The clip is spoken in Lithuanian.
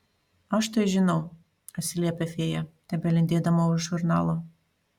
aš tai žinau atsiliepia fėja tebelindėdama už žurnalo